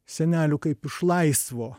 senelių kaip iš laisvo